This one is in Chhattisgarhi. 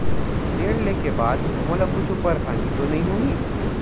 ऋण लेके बाद मोला कुछु परेशानी तो नहीं होही?